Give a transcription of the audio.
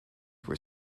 were